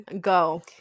Go